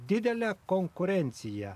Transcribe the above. didelę konkurenciją